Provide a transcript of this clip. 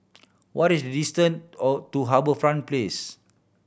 what is the distant O to HarbourFront Place